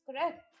correct